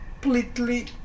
completely